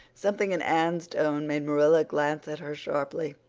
something in anne's tone made marilla glance at her sharply,